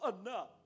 enough